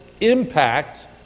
impact